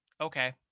okay